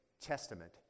testament